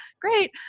great